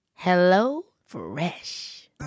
HelloFresh